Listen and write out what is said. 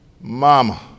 Mama